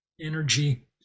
energy